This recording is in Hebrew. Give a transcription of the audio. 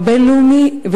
הבין-לאומי.